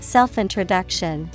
Self-Introduction